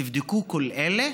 תבדקו את כל אלה